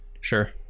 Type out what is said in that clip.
sure